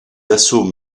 assauts